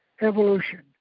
evolution